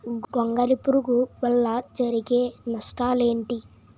గొంగళి పురుగు వల్ల జరిగే నష్టాలేంటి?